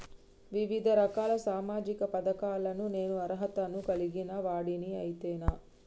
వివిధ రకాల సామాజిక పథకాలకు నేను అర్హత ను కలిగిన వాడిని అయితనా?